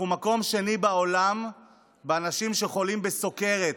אנחנו מקום שני בעולם באנשים שחולים בסוכרת,